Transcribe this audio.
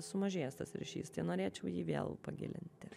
sumažėjęs tas ryšys norėčiau jį vėl pagilinti